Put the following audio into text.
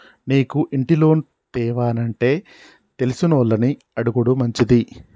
నీకు ఇంటి లోను తేవానంటే తెలిసినోళ్లని అడుగుడు మంచిది